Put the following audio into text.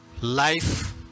life